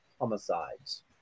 homicides